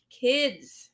Kids